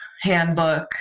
handbook